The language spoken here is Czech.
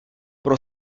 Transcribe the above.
pro